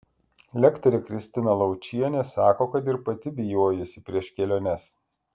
lektorė kristina laučienė sako kad ir pati bijojusi prieš keliones